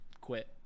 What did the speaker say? quit